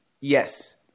Yes